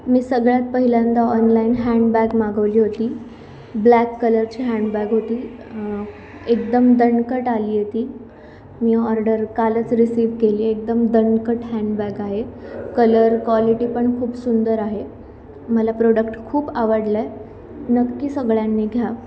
मी सगळ्यात पहिल्यांदा online handbag मागवली होती ब्लॅक कलरची हँडबॅग होती एकदम दणकट आली होती मी ऑर्डर कालच रिसीव केली एकदम दणकट हँडबॅग आहे कलर क्वालिटीपण खूप सुंदर आहे मला प्रोडक्ट खूप आवडलं नक्की सगळ्यांनी घ्या